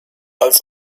als